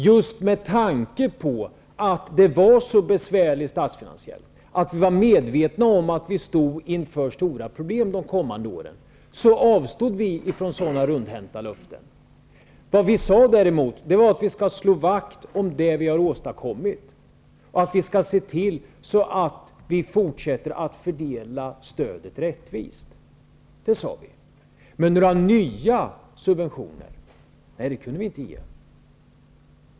Just med tanke på att det var en så besvärlig statsfinansiell situation och att vi var medvetna om att vi stod inför stora problem under de kommande åren, avstod vi från sådana rundhänta löften. Vad vi däremot sade var att vi skall slå vakt om det som vi har åstadkommit och se till att vi fortsätter att fördela stödet rättvist. Det sade vi. Men några nya subventioner kunde vi inte utlova.